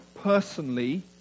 personally